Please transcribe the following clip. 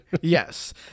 Yes